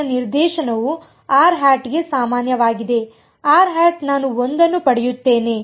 ನ ನಿರ್ದೇಶನವು ಸಾಮಾನ್ಯವಾಗಿದೆ ನಾನು 1 ಅನ್ನು ಪಡೆಯುತ್ತೇನೆ